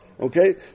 Okay